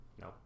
No